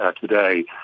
today